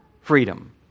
freedom